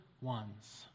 ones